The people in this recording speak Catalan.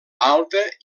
alta